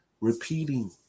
repeating